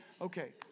okay